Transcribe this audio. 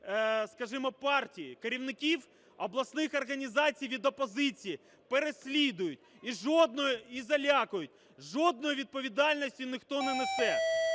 скажімо, партій, керівників обласних організацій від опозиції переслідують і залякують, жодної відповідальності ніхто не несе.